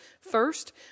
First